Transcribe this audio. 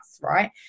right